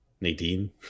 Nadine